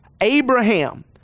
Abraham